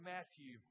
Matthew